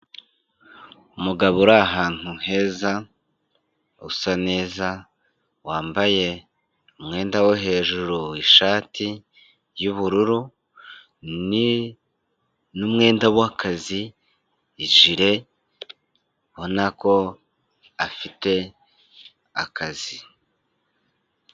Umugabo uri ahantu heza, usa neza, wambaye umwenda wo hejuru ishati y'ubururu n'umwenda w'akazi ijire ubona ko afite akazi.